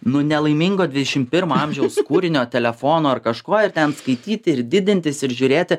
nu nelaimingo dvidešimt pirmo amžiaus kūrinio telefono ar kažkuo jo ten skaityti ir didintis ir žiūrėti